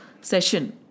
session